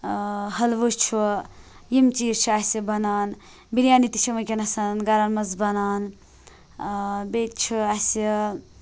ٲں حٔلوٕ چھُ یِم چیٖز چھِ اَسہِ بَنان بِریانی تہِ چھے وٕنکیٚنَس گَرَن مَنٛز بَنان بیٚیہِ تہِ چھِ اَسہِ